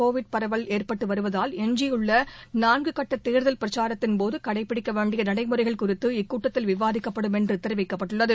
Covid பரவல் ஏற்பட்டு வருவதால் எஞ்சியுள்ள நான்கு கட்ட தேர்தல் பிரச்சாரத்தின்போது கடைபிடிக்க வேண்டிய நடைமுறைகள் இக்கூட்டத்தில் விவாதிக்கப்படும் குறித்து என்று தெரிவிக்கப்பட்டுள்ளது